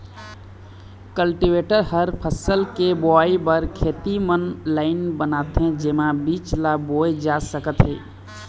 cultivator ह फसल के बोवई बर खेत म लाईन बनाथे जेमा बीज ल बोए जा सकत हे